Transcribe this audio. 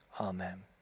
amen